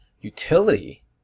utility